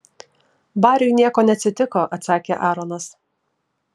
bariui nieko neatsitiko atsakė aaronas